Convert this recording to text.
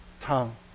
tongue